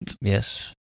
Yes